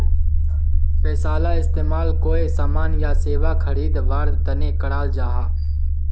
पैसाला इस्तेमाल कोए सामान या सेवा खरीद वार तने कराल जहा